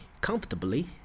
comfortably